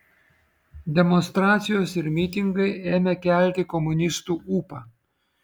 demonstracijos ir mitingai ėmė kelti komunistų ūpą